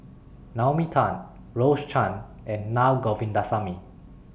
Naomi Tan Rose Chan and Na Govindasamy